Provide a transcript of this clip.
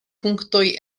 punktoj